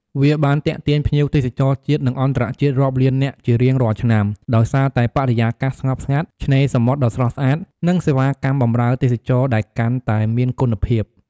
វាបានទាក់ទាញភ្ញៀវទេសចរជាតិ និងអន្តរជាតិរាប់លាននាក់ជារៀងរាល់ឆ្នាំ ដោយសារតែបរិយាកាសស្ងប់ស្ងាត់ ឆ្នេរសមុទ្រដ៏ស្រស់ស្អាត និងសេវាកម្មបម្រើទេសចរដែលកាន់តែមានគុណភាព។